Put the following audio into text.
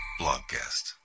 BlogCast